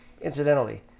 Incidentally